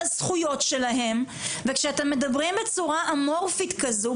הזכויות שלהם וכשאתם מדברים בצורה אמורפית כזו,